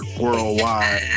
Worldwide